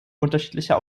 unterschiedlicher